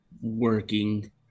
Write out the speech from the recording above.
working